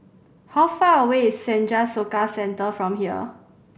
how far away is Senja Soka Centre from here